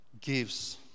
gives